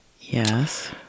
yes